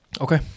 Okay